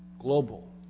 global